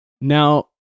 Now